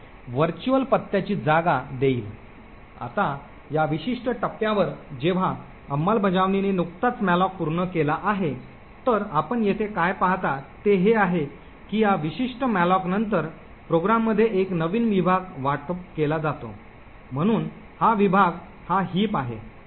आता या विशिष्ट टप्प्यावर जेव्हा अंमलबजावणीने नुकताच मॅलोक पूर्ण केला आहे तर आपण येथे काय पाहता ते हे आहे की या विशिष्ट मॅलोक नंतर प्रोग्राममध्ये एक नवीन विभाग वाटप केला जातो म्हणून हा विभाग हा हिप आहे